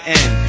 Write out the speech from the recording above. end